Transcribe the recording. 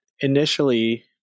initially